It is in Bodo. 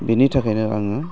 बिनि थाखायनो आङो